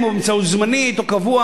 זמני או קבוע,